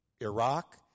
Iraq